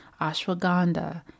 ashwagandha